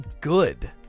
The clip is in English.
good